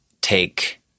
take